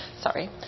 sorry